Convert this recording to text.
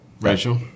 Rachel